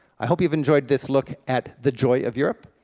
i hope you've enjoyed this look at the joy of europe,